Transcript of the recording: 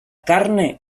carne